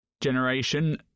generation